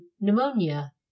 pneumonia